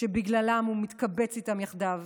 שבגללן הוא מתקבץ איתם יחדיו,